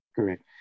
Correct